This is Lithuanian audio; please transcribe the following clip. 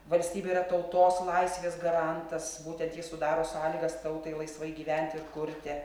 valstybė yra tautos laisvės garantas būtent ji sudaro sąlygas tautai laisvai gyventi ir kurti